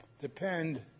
depend